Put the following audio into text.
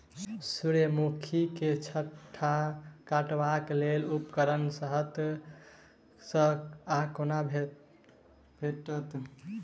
सूर्यमुखी केँ छत्ता काटबाक लेल उपकरण कतह सऽ आ कोना भेटत?